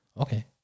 Okay